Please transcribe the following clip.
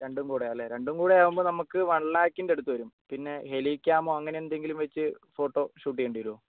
രണ്ടും കുടെയാണല്ലേ രണ്ടുംകൂടെ ആകുമ്പോൾ നമുക്ക് വൺ ലാക്കിൻ്റെ അടുത്തുവരും പിന്നെ ഹെലിക്കാമോ അങ്ങനെയെന്തെങ്കിലും വെച്ച് ഫോട്ടോഷൂട്ട് ചെയ്യേണ്ടി വരുമോ